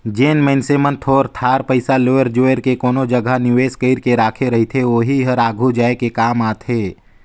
जेन मइनसे मन थोर थार पइसा लोएर जोएर के कोनो जगहा निवेस कइर के राखे रहथे ओही हर आघु जाए काम आथे